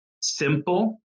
simple